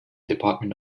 department